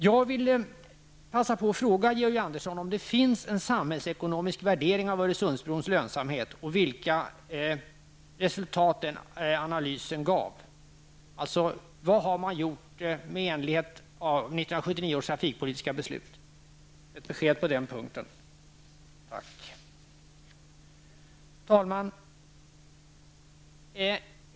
Jag vill passa på att fråga Georg Andersson om det finns en samhällsekonomisk värdering av Öresundsbrons lönsamhet och vilka resultat analysen gav. Alltså: Vad har man gjort i enlighet med 1979 års trafikpolitiska beslut? Jag skulle vara tacksam för besked på denna punkt. Herr talman!